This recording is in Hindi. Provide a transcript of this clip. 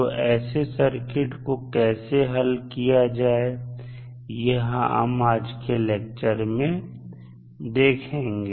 तो ऐसे सर्किट को कैसे हल किया जाए यह हम आज के लेक्चर में देखेंगे